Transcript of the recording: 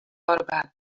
about